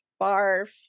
Barf